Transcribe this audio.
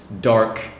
dark